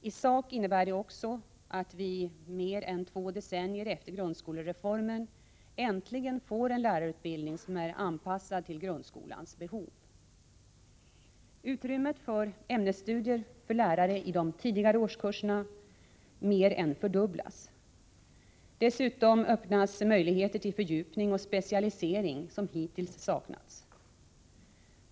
I sak innebär det också att vi mer än två decennier efter grundskolereformen äntligen får en lärarutbildning som är anpassad till grundskolans egna behov. Utrymmet för ämnesstudier för lärare i de tidigare årskurserna mer än fördubblas. Dessutom öppnas möjligheter till fördjupning och specialisering som hittills saknats.